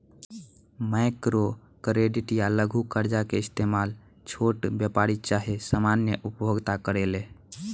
micro credit या लघु कर्जा के इस्तमाल छोट व्यापारी चाहे सामान्य उपभोक्ता करेले